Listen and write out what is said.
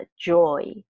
joy